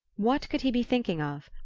what could he be thinking of?